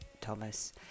thomas